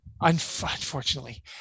Unfortunately